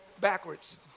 backwards